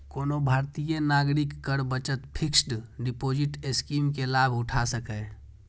कोनो भारतीय नागरिक कर बचत फिक्स्ड डिपोजिट स्कीम के लाभ उठा सकैए